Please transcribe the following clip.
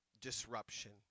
disruption